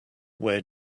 where